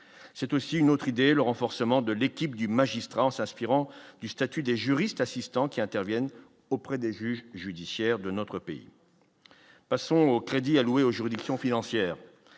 c'est aussi une autre idée : le renforcement de l'équipe du magistrat en s'aspirant du statut des juristes assistants qui interviennent auprès des juges judiciaire de notre pays, passons aux crédits alloués aux juridictions financières,